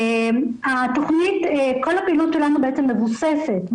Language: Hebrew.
כל הפעילות שלנו מבוססת,